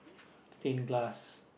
stained glass